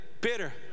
bitter